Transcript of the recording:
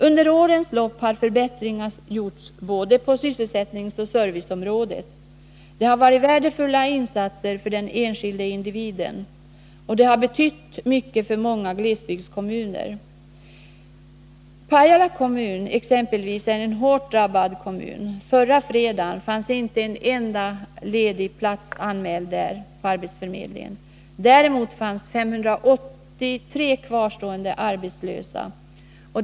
Under årens lopp har förbättringar gjorts på både sysselsättningsoch serviceområdet. Det har varit värdefulla insatser för den enskilde individen, och det har betytt mycket för många glesbygdskommuner. Pajala är exempelvis en hårt drabbad kommun. Förra fredagen fanns inte en enda ledig plats anmäld på arbetsförmedlingen där, men däremot fanns 583 kvarstående arbetslösa.